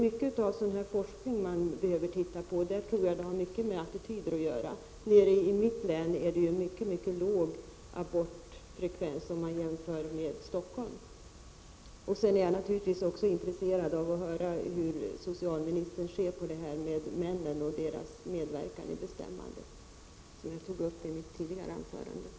Det behövs mycket forskning på det området. Det har mycket med attityder att göra. Nere i mitt län är abortfrekvensen mycket låg jämfört med i Stockholm. Jag är naturligtvis också intresserad av att höra hur socialministern ser på männens medverkan i bestämmandet, som jag tog upp i mitt tidigare anförande.